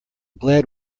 glad